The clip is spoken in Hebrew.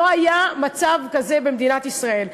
לא היה מצב כזה במדינת ישראל.